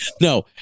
no